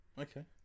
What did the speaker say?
Okay